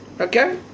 Okay